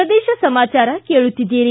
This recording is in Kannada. ಪ್ರದೇಶ ಸಮಾಚಾರ ಕೇಳುತ್ತೀದ್ದಿರಿ